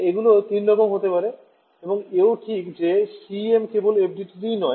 এগুলো তিন রকম হতে পারে এবং এও ঠিক যে CEM কেবল FDTD ই নয়